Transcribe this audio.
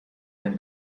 can